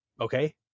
okay